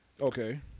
Okay